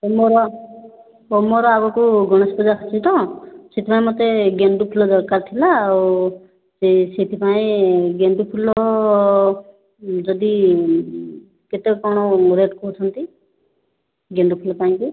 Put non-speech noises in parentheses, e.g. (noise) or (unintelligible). (unintelligible) ଆଗକୁ ଗଣେଶ ପୂଜା ଆସୁଛି ତ ସେଥିପାଇଁ ମୋତେ ଗେଣ୍ଡୁ ଫୁଲ ଦରକାର ଥିଲା ଆଉ ସେଥିପାଇଁ ଗେଣ୍ଡୁ ଫୁଲ ଯଦି କେତେ କ'ଣ ରେଟ୍ କହୁଛନ୍ତି ଗେଣ୍ଡୁ ଫୁଲ ପାଇଁକି